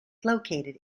located